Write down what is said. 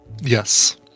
Yes